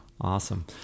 Awesome